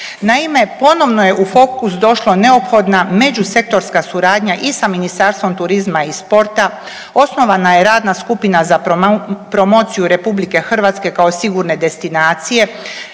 Naime, ponovno je u fokus došlo neophodna međusektorska suradnja i sa Ministarstvom turizma i sporta, osnovana je Radna skupina za promociju Republike Hrvatske kao sigurne destinacije,